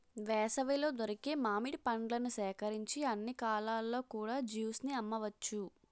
వేసవిలో దొరికే మామిడి పండ్లను సేకరించి అన్ని కాలాల్లో కూడా జ్యూస్ ని అమ్మవచ్చు